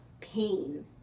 pain